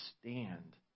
stand